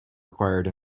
required